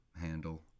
handle